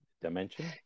dimension